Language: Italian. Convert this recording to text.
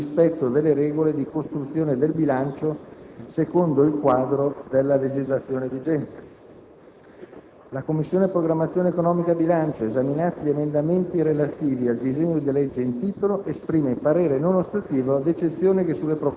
«La Commissione programmazione economica, bilancio, esaminato il disegno di legge in titolo, esprime, per quanto di propria competenza, parere non ostativo sul testo, con l'osservazione che i dati contenuti nella relazione tecnica, pur chiarendo l'assenza di problemi di copertura